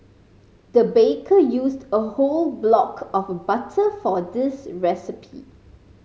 the baker used a whole block of butter for this recipe